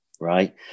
Right